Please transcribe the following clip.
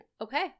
Okay